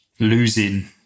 losing